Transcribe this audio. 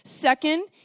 Second